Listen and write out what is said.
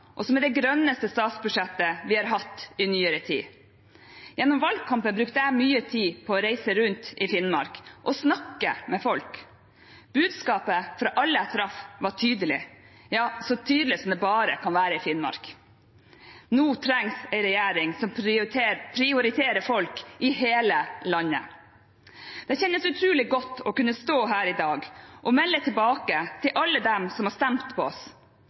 og som er det grønneste statsbudsjettet vi har hatt i nyere tid. Gjennom valgkampen brukte jeg mye tid på å reise rundt i Finnmark og snakke med folk. Budskapet fra alle jeg traff, var tydelig – ja, så tydelig som det bare kan være i Finnmark: Nå trengs en regjering som prioriterer folk i hele landet. Det kjennes utrolig godt å kunne stå her i dag og melde tilbake til alle dem som har stemt på oss: